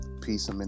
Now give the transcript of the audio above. Peace